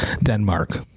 Denmark